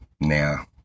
now